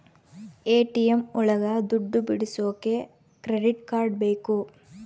ATM ಒಳಗ ದುಡ್ಡು ಬಿಡಿಸೋಕೆ ಕ್ರೆಡಿಟ್ ಕಾರ್ಡ್ ಬೇಕು